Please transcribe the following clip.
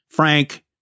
frank